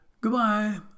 goodbye